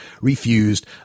refused